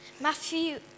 Matthew